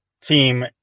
team